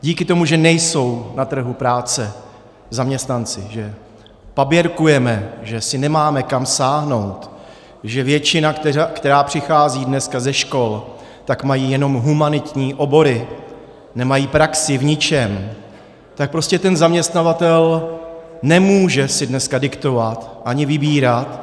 Díky tomu, že nejsou na trhu práce zaměstnanci, že paběrkujeme, že si nemáme kam sáhnout, že většina, která přichází dneska ze škol, tak má jenom humanitní obory, nemá praxi v ničem, tak prostě ten zaměstnavatel nemůže si dneska diktovat ani vybírat.